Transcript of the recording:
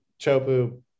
Chopu